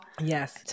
Yes